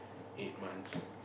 eight months